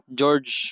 George